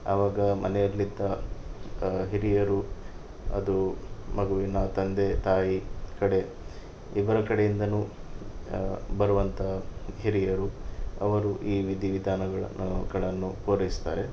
ಆವಾಗ ಮನೆಯಲ್ಲಿದ್ದ ಹಿರಿಯರು ಅದು ಮಗುವಿನ ತಂದೆ ತಾಯಿ ಕಡೆ ಇವರ ಕಡೆಯಿಂದಲೂ ಬರುವಂತಹ ಹಿರಿಯರು ಅವರು ಈ ವಿಧಿ ವಿಧಾನಗಳನ್ನು ಗಳನ್ನು ಪೂರೈಸ್ತಾರೆ